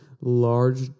large